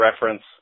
reference